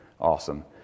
Awesome